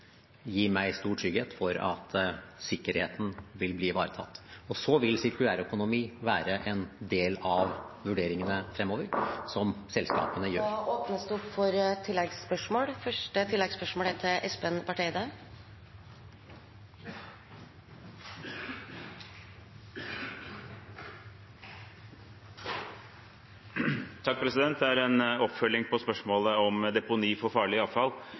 så vil sirkulær økonomi være en del av vurderingene som selskapene gjør fremover. Det blir oppfølgingsspørsmål – først Espen Barth Eide. Det er en oppfølging til spørsmålet om deponi for farlig avfall,